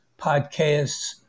podcasts